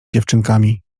dziewczynkami